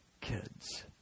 kids